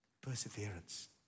perseverance